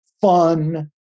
fun